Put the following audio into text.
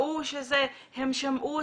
הם שמעו אותם.